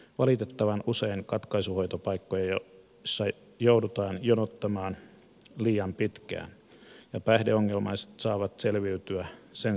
valitettavan usein katkaisuhoitopaikkoja joudutaan jonottamaan liian pitkään ja päihdeongelmaiset saavat selviytyä sen sijaan omillaan